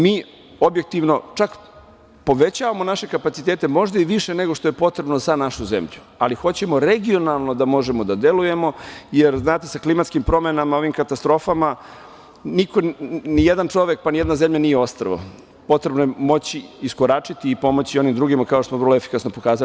Mi objektivno čak povećavamo naše kapacitete, možda i više nego što je potrebno za našu zemlju, ali hoćemo regionalno da možemo da delujemo, jer znate, sa klimatskim promenama, ovim katastrofama, nijedan čovek, pa nijedna zemlja nije ostrvo, potrebno je moći iskoračiti i pomoći jedni drugima, kao što smo vrlo efikasno pokazali.